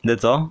that's all